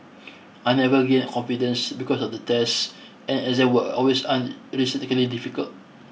I never gained confidence because of the tests and exams were always unrealistically difficult